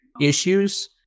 issues